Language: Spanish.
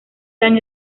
san